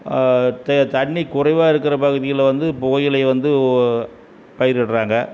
தே தண்ணி குறைவாக இருக்கிற பகுதிகள்ல வந்து புகையிலை வந்து உ பயிரிடுறாங்க